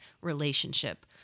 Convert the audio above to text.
relationship